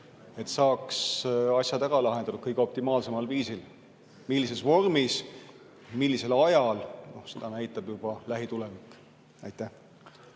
et saaks need asjad ära lahendatud kõige optimaalsemal viisil. Millises vormis ja millisel ajal, seda näitab juba lähitulevik. Rene